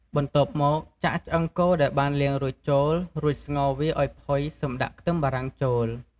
បន្ទាប់មកចាក់ឆ្អឹងគោដែលបានលាងរួចចូល រួចស្ងោរវាឱ្យផុយសិមដាក់ខ្ទឹមបារាំងចូល។